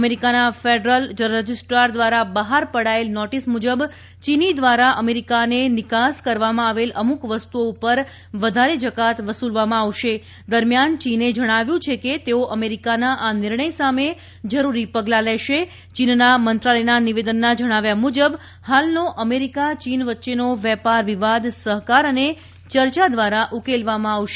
અમેરિકાના Federal Register દ્વારા બહાર પડાયેલ નોટીસ મુજબ ચીની દ્વારા અમેરિકાને નિકાસ કરવામાં આવેલ અમુક વસ્તુઓ પર વધારે જકાત વસુલવામાં આવશે દરમ્યાન ચીને જણાવ્યું છે કે તેઓ અમેરિકાના આ નિર્ણય સામે જરૂરી પગલા લેશે ચીનના મંત્રાલયના નિવેદનના જણાવ્યા મુજબ ફાલનો અમેરિકા ચીન વચ્ચેનો વેપાર વિવાદ સહકાર અને ચર્ચા દ્વારા ઉકેલવામાં આવશે